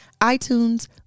iTunes